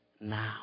now